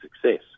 success